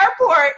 airport